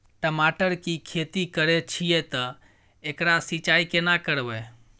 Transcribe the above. टमाटर की खेती करे छिये ते एकरा सिंचाई केना करबै?